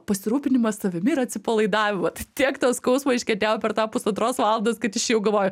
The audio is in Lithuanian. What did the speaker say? pasirūpinimą savimi ir atsipalaidavimą tiek to skausmo iškentėjau per tą pusantros valandos kad išėjau galvoju